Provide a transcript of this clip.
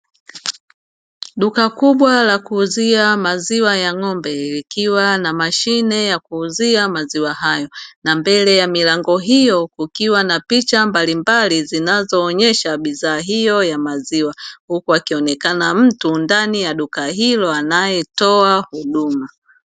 Duka kubwa la kuuzia maziwa ya ng'ombe, ikiwa na mashine yakuuzia maziwa haya na mbele ya milango hiyo kukiwa na picha mbalimbali, zinazoonesha bidhaa hiyo ya maziwa huku akionekana mtu ndani ya duka hilo anayetoa huduma.